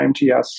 imts